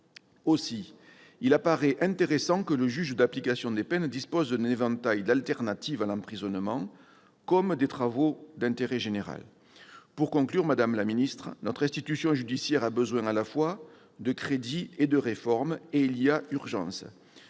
pourquoi il apparaît intéressant que le juge de l'application des peines dispose d'un éventail d'alternatives à l'emprisonnement, comme les travaux d'intérêt général. Pour conclure, madame la ministre, notre institution judiciaire a besoin à la fois de crédits et de réformes, et il y a urgence